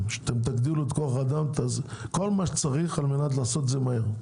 שאתם תגדילו את כוח האדם כל מה שצריך כדי לעשות את זה מהר.